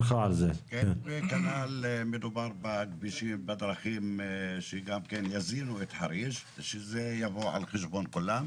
כנ"ל מדובר בדרכים שגם יזינו את חריש שזה יבוא על חשבון כולם.